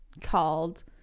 called